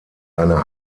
eine